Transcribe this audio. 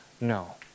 no